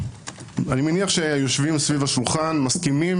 אני מניח שהיושבים סביב השולחן מסכימים,